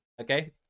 Okay